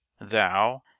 thou